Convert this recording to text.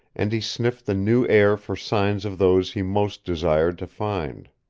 and he sniffed the new air for signs of those he most desired to find.